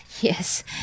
Yes